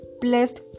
blessed